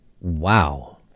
wow